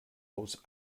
aus